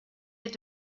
est